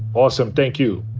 awesome. thank you.